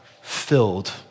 filled